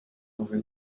over